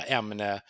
ämne